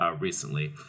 recently